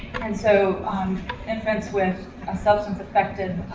and so infants with a substance-affected